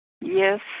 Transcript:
Yes